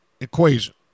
equation